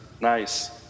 Nice